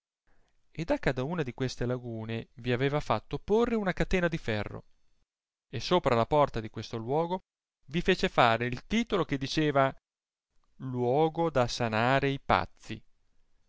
a cadauna di queste lagune vi aveva fatto porre una catena di t'erro e sopra la porta di questo luogo vi fece fare il titolo che diceva luogo da sanare i pazzi